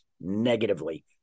negatively